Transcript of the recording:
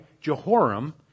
Jehoram